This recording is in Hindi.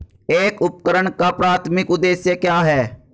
एक उपकरण का प्राथमिक उद्देश्य क्या है?